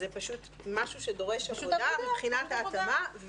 זה פשוט משהו שדורש עבודה מבחינת ההתאמה.